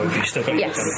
Yes